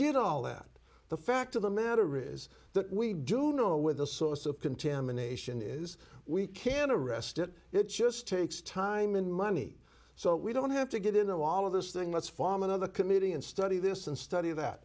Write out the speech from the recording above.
did all that the fact of the matter is that we do know where the source of contamination is we can't arrest it it just takes time and money so we don't have to get into all of this thing let's form another committee and study this and study that